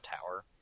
tower